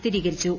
സ്ഥിരീകരിച്ചു